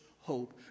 hope